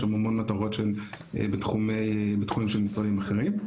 יש שם המון מטרות בתחומים של משרדים אחרים.